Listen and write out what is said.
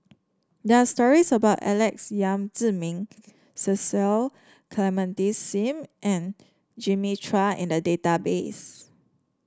there are stories about Alex Yam Ziming Cecil Clementi Seen and Jimmy Chua in the database